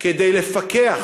כדי לפקח